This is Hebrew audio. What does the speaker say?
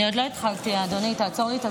אדוני היושב-ראש,